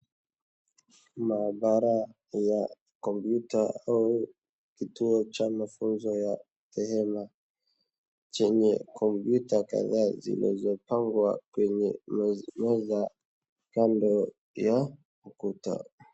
Maabara ya kompyuta au kituo cha mafunzo ya kihela, chenye kompyuta kadhaa zimezopangwa kwenye meza kando ya ukuta.